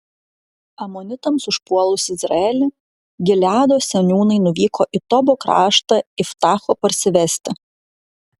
amonitams užpuolus izraelį gileado seniūnai nuvyko į tobo kraštą iftacho parsivesti